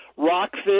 Rockfish